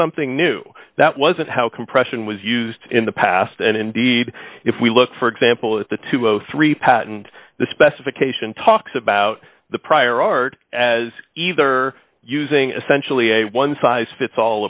something new that wasn't how compression was used in the past and indeed if we look for example at the two hundred and three patent the specification talks about the prior art as either using a sensually a one size fits all